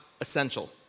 essential